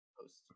Post